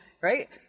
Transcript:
Right